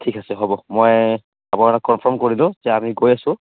ঠিক আছে হ'ব মই আপোনালোকক কনফাৰ্ম কৰি দিওঁ যে আমি গৈ আছোঁ